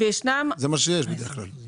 זה מה שיש, בדרך כלל.